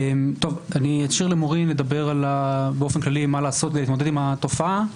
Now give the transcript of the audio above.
אני אשאיר למורין לדבר באופן כללי מה לעשות כדי להתמודד עם התופעה.